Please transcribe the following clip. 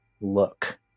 look